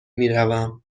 میروم